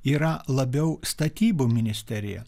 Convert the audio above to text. yra labiau statybų ministerija